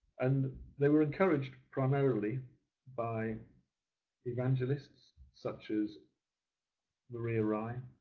and they were encouraged primarily by evangelists, such as maria rye,